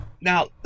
now